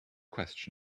question